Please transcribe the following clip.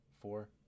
four